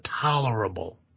tolerable